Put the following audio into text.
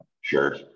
sure